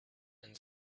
and